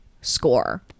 score